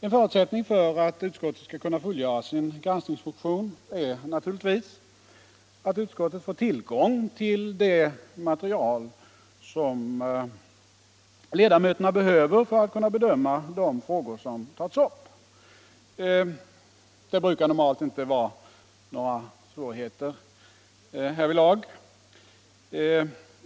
En förutsättning för att utskottet skall kunna fullgöra sin granskningsfunktion är naturligtvis att utskottet får tillgång till det material som ledamöterna behöver för att kunna bedöma de frågor som tagits upp. Det brukar normalt inte vara några svårigheter härvidlag.